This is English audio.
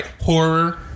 horror